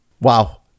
Wow